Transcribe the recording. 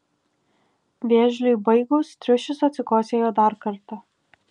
vėžliui baigus triušis atsikosėjo dar kartą